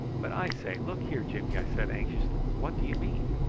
but i say, look here, jimmy! i said anxiously, what do you mean?